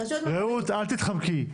רעות, אל תתחמקי.